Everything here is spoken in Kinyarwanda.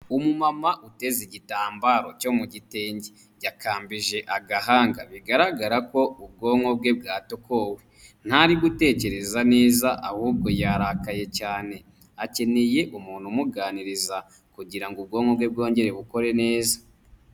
Umumama uteze igitambaro cyo mu gitenge, yakambije agahanga bigaragara ko ubwonko bwe bwatokowe. Ntari gutekereza neza ahubwo yarakaye cyane, akeneye umuntu umuganiriza kugira ngo ubwonko bwe bwongere bukore neza.